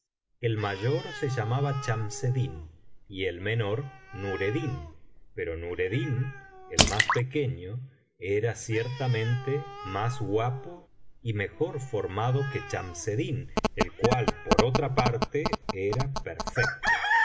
el mayor se llamaba chamseddin y el menor nureddin pero nureddin el más pequeño era ciertamente más guapo y mejor formado que cfraniseddin el cual por otra parte era perfecto